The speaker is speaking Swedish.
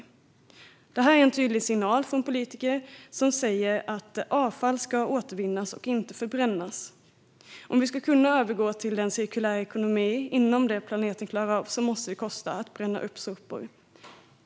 Detta är en tydlig signal från politiken som säger att avfall ska återvinnas och inte förbrännas. Om vi ska kunna övergå till en cirkulär ekonomi inom det som planeten klarar av måste det kosta att bränna upp sopor.